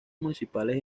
municipales